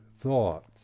thoughts